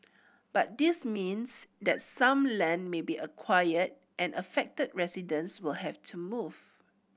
but this means that some land may be acquired and affected residents will have to move